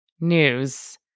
news